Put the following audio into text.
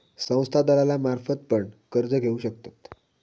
संस्था दलालांमार्फत पण कर्ज घेऊ शकतत